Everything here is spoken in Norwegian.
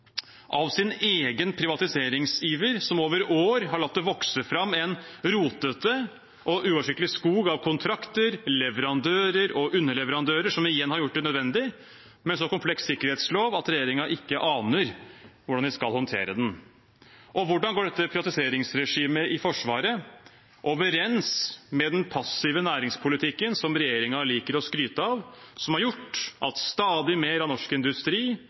av sin egen privatiseringsiver, som over år har latt det vokse fram en rotete og uoversiktlig skog av kontrakter, leverandører og underleverandører, som igjen har gjort det nødvendig med en så kompleks sikkerhetslov at regjeringen ikke aner hvordan de skal håndtere den? Og hvordan går dette privatiseringsregimet i Forsvaret overens med den passive næringspolitikken som regjeringen liker å skryte av, som har gjort at stadig mer av norsk industri